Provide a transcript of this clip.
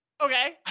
Okay